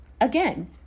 Again